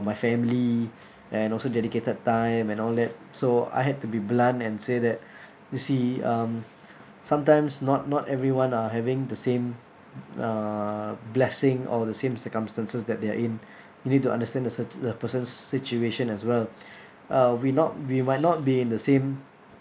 my family and also dedicated time and all that so I had to be blunt and say that you see um sometimes not not everyone are having the same uh blessing or the same circumstances that they're in you need to understand the cir~ the person's situation as well uh we not we might not be in the same